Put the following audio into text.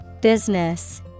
Business